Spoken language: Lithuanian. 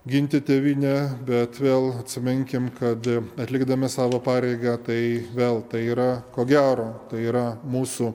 ginti tėvynę bet vėl atsiminkim kad atlikdami savo pareigą tai vėl tai yra ko gero tai yra mūsų